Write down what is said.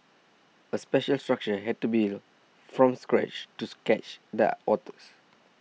a special structure had to built from scratch to catch the otters